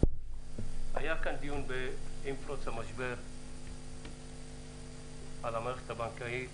היה כאן דיון עם פרוץ המשבר על המערכת הבנקאית.